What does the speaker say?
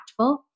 impactful